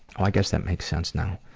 i guess that makes sense now.